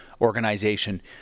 organization